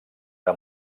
era